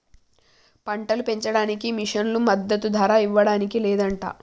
పంటలు పెంచడానికి మిషన్లు మద్దదు ధర ఇవ్వడానికి లేదంట